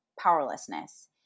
powerlessness